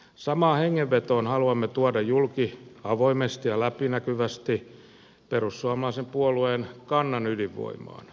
samaan hengenvetoon haluamme tuoda julki avoimesti ja läpinäkyvästi perussuomalaisen puolueen kannan ydinvoimaan